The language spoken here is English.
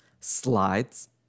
Slides